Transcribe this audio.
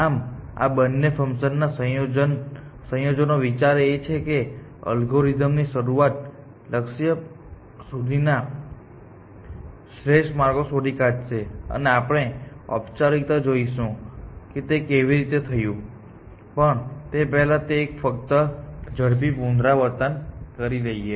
આમ આ બંને ફંકશનના સંયોજનનો વિચાર એ છે કે અલ્ગોરિધમ્સ શરૂઆતથી લક્ષ્ય સુધીના શ્રેષ્ઠ માર્ગો શોધી કાઢશે અને આજે આપણે ઔપચારિકતાઓ જોઈશું કે તે કેવી રીતે થયું પણ તે પહેલાં ફક્ત એક ઝડપી પુનરાવર્તન કરી લઈએ